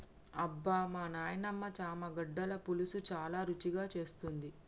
అబ్బమా నాయినమ్మ చామగడ్డల పులుసు చాలా రుచిగా చేస్తుంది